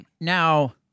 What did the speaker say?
Now